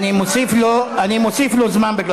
אני מוסיף לך זמן.